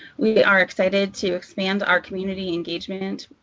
we are excited to expand our community engagement,